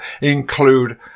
include